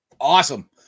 Awesome